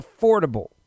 affordable